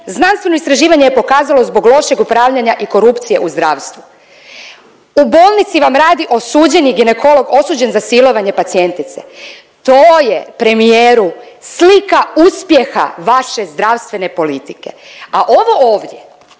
Znanstveno istraživanje je pokazalo zbog lošeg upravljanja i korupcije u zdravstvu. U bolnici vam radi osuđeni ginekolog, osuđen za silovanje pacijentice. To je premijeru slika uspjeha vaše zdravstvene politike. A ovo ovdje